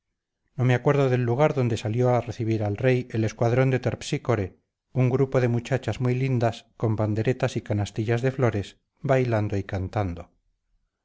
no me acuerdo del lugar donde salió a recibir al rey el escuadrón de terpsícore un grupo de muchachas muy lindas con panderetas y canastillas de flores bailando y cantando